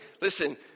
listen